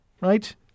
right